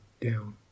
down